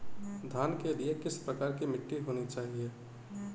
धान के लिए किस प्रकार की मिट्टी होनी चाहिए?